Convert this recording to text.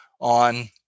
on